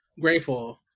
Grateful